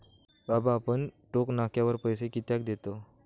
बाबा आपण टोक नाक्यावर पैसे कित्याक देतव?